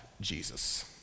Jesus